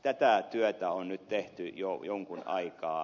tätä työtä on nyt tehty jo jonkun aikaa